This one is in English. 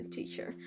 Teacher